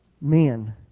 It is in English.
Men